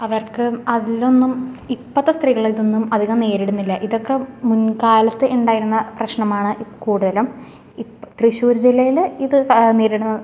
അവർക്ക് അതിലൊന്നും ഇപ്പത്ത സ്ത്രീകള് ഇതൊന്നും അധികം നേരിടുന്നില്ല ഇതൊക്കെ മുൻക്കാലത്ത് ഉണ്ടായിരുന്ന പ്രശ്നമാണ് ഇപ്പം കൂടുതലും ഇപ്പം തൃശ്ശൂര് ജില്ലയിൽ ഇത് നേരിടുന്ന